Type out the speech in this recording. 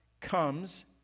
comes